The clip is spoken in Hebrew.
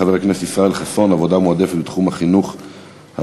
של חבר הכנסת ישראל חסון: עבודה מועדפת בתחום החינוך הבלתי-פורמלי,